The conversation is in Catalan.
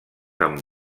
amb